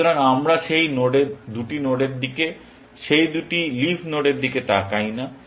সুতরাং আমরা সেই দুটি নোডের দিকে সেই দুটি লিফ নোড এর দিকে তাকাই না